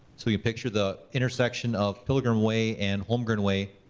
so you picture the intersection of pilgrim way and holmgren way,